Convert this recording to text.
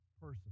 person